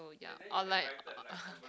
or like